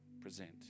present